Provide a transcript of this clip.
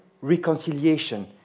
reconciliation